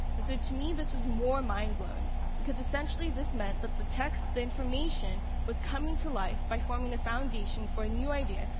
and so, to me this was more mind-blowing because essentially this meant that the text, the information, was coming to life by forming a foundation for a new idea,